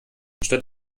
statt